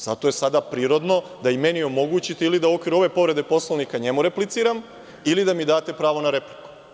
Zato je sada prirodno da i meni omogućite ili da u okviru ove povrede Poslovnika njemu repliciram ili da mi date pravo na repliku.